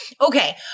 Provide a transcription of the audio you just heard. okay